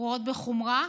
רואות בחומרה.